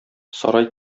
сарай